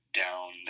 down